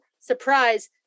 surprise